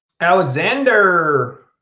Alexander